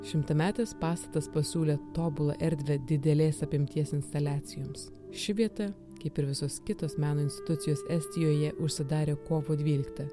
šimtametis pastatas pasiūlė tobulą erdvę didelės apimties instaliacijoms ši vieta kaip ir visos kitos meno institucijos estijoje užsidarė kovo dvyliktą